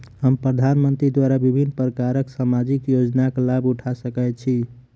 हम प्रधानमंत्री द्वारा विभिन्न प्रकारक सामाजिक योजनाक लाभ उठा सकै छी?